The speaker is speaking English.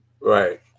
Right